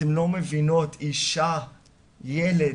אתן לא מבינות, אישה, ילד,